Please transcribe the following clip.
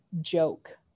joke